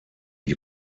you